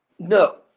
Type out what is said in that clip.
No